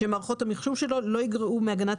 שמערכות המחשוב שלו לא יגרעו מהגנת